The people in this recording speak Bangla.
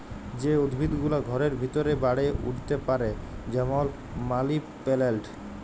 যে উদ্ভিদ গুলা ঘরের ভিতরে বাড়ে উঠ্তে পারে যেমল মালি পেলেলট